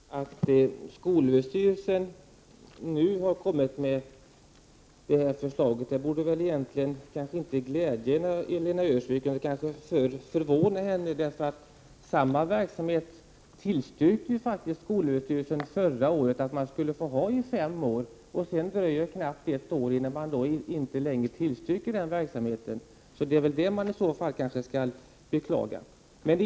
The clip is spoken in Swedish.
Herr talman! Det faktum att skolöverstyrelsen nu har kommit med detta förslag borde egentligen inte glädja Lena Öhrsvik, utan förvåna henne. Skolöverstyrelsen tillstyrkte nämligen förra året att samma verksamhet skulle få drivas i fem år, och sedan dröjer det knappt ett år förrän verksamheten inte längre tillstyrks. Det är i så fall det man skall beklaga.